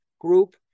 group